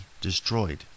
destroyed